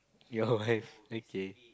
your wife okay